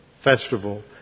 Festival